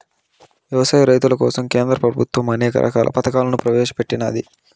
వ్యవసాయ రైతుల కోసం కేంద్ర ప్రభుత్వం అనేక రకాల పథకాలను ప్రవేశపెట్టినాది